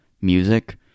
music